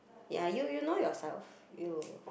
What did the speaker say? ya you you know yourself you